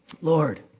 Lord